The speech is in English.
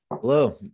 Hello